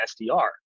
SDR